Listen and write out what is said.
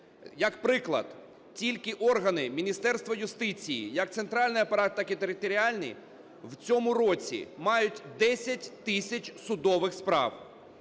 Як приклад. Тільки органи Міністерства юстиції як центральний апарат, так і територіальний в цьому році мають 10 тисяч судових справ